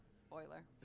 spoiler